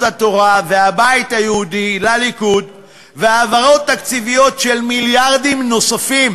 התורה והבית היהודי לליכוד והעברות תקציביות של מיליארדים נוספים